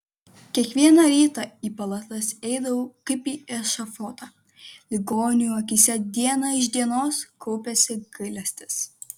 kiekvieną rytą į palatas eidavau kaip į ešafotą ligonių akyse diena iš dienos kaupėsi gailestis